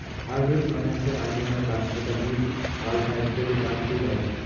hardwood মানে হসে আক ধরণের কাঠ যেটা বীচ, বালসা ইত্যাদি গাছ থুই পাইচুঙ